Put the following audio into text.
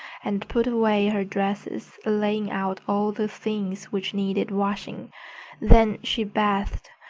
and put away her dresses, laying out all the things which needed washing then she bathed,